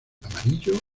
amarillo